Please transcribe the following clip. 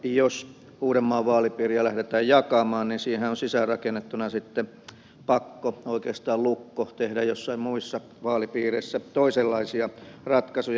jos uudenmaan vaalipiiriä lähdetään jakamaan siinä on sisäänrakennettuna sitten pakko oikeastaan lukko tehdä joissain muissa vaalipiireissä toisenlaisia ratkaisuja